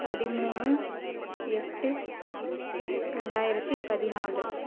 பதிமூணு எட்டு ரெண்டாயிரத்தி பதினாலு